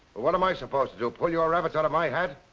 what am i supposed to do? pull your rabbits out of my hat?